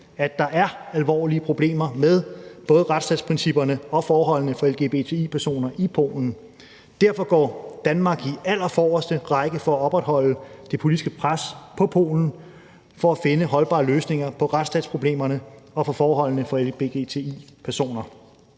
at der er alvorlige problemer med både retsstatsprincipperne og forholdene for lgbti-personer i Polen. Derfor går Danmark i allerforreste række for at opretholde det politiske pres på Polen for at finde holdbare løsninger på retsstatsproblemerne og for at forbedre